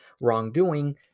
wrongdoing